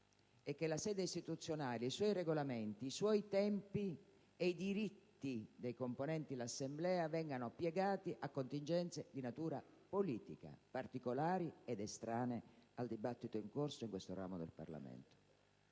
e che la sede istituzionale, i suoi Regolamenti, i suoi tempi e i diritti dei componenti l'Assemblea vengano piegati a contingenze di natura politica, particolari e estranee al dibattito in corso in questo ramo del Parlamento.